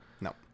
No